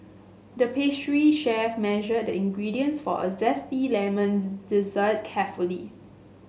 the pastry chef measured the ingredients for a zesty lemon dessert carefully